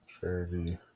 Charity